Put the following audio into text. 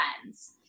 friends